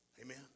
Amen